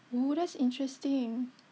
oo that's interesting